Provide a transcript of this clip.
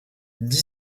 dix